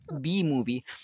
B-movie